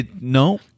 No